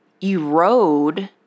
erode